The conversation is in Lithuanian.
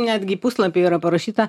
netgi puslapyje yra parašyta